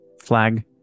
flag